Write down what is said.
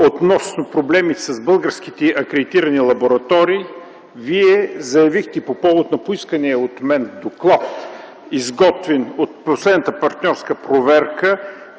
относно проблемите с българските акредитирани лаборатории, Вие заявихте по повод на поискания от мен доклад, изготвен от последната партньорска проверка